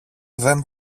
δεν